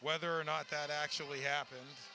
whether or not that actually happens